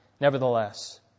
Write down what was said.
Nevertheless